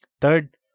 third